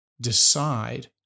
decide